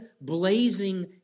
blazing